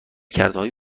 کردههای